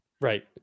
Right